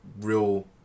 real